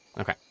Okay